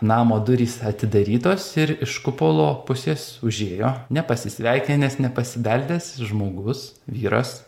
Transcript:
namo durys atidarytos ir iš kupolo pusės užėjo nepasisveikinęs nepasibeldęs žmogus vyras